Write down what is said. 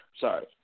Sorry